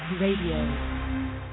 radio